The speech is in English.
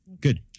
Good